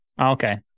Okay